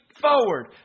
forward